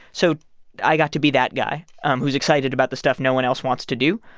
so i got to be that guy um who's excited about the stuff no one else wants to do.